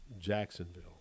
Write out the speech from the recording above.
Jacksonville